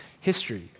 history